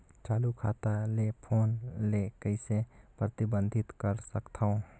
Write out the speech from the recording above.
चालू खाता ले फोन ले कइसे प्रतिबंधित कर सकथव?